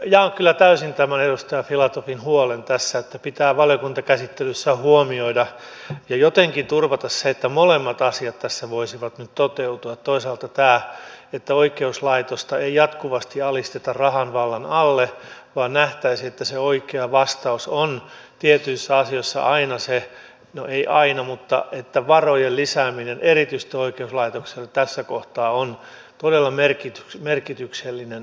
jaan kyllä täysin tämän edustaja filatovin huolen tässä että pitää valiokuntakäsittelyssä huomioida ja jotenkin turvata se että molemmat asiat tässä voisivat nyt toteutua toisaalta tämä että oikeuslaitosta ei jatkuvasti alisteta rahan vallan alle vaan nähtäisiin että se oikea vastaus on tietyissä asioissa aina se no ei aina mutta varojen lisääminen erityisesti oikeuslaitokselle tässä kohtaa on todella merkityksellinen asia